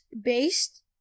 based